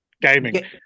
gaming